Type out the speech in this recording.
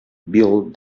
built